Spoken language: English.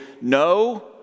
no